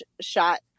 shot